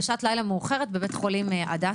בשעת לילה מאוחרת בבית חולים הדסה.